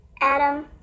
Adam